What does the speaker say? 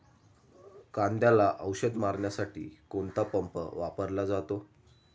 कांद्याला औषध मारण्यासाठी कोणता पंप वापरला जातो?